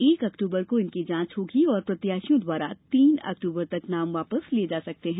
एक अक्टूबर को इनकी जांच होगी और प्रत्याशियों द्वारा तीन अक्टूबर तक नाम वापस लिये जा सकते हैं